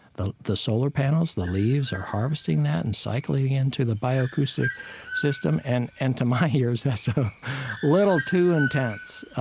the the solar panels, the leaves, are harvesting that and cycling it into the bioacoustic system. and and, to my ears, that's a little too intense.